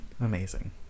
Amazing